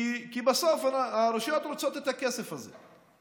כי בסוף הרשויות רוצות את הכסף הזה.